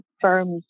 firm's